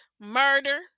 murder